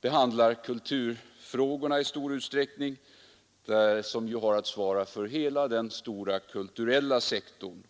behandlar kulturfrågor i stor utsträckning, och utbildningsdepartementet är inte minst ett departement som har att svara för hela den stora kulturella sektorn.